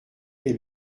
est